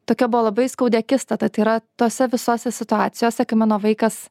tokia buvo labai skaudi akistata tai yra tose visose situacijose kai mano vaikas